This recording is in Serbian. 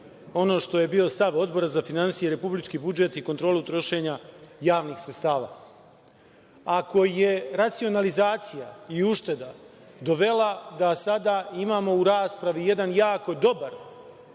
ono što je bilo stav Odbora za finansije, republički budžet i kontrolu trošenja javnih sredstava. Ako je racionalizacija i ušteda dovela da sada imamo u raspravi jedan jako dobar